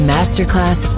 Masterclass